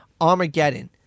Armageddon